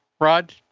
Rod